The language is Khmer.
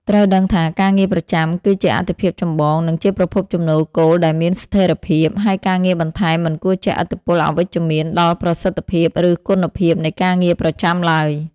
ត្រូវដឹងថាការងារប្រចាំគឺជាអាទិភាពចម្បង និងជាប្រភពចំណូលគោលដែលមានស្ថិរភាព ហើយការងារបន្ថែមមិនគួរជះឥទ្ធិពលអវិជ្ជមានដល់ប្រសិទ្ធភាព ឬគុណភាពនៃការងារប្រចាំឡើយ។។